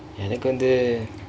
எனக்கு வந்து:enakku vanthu